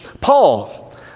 Paul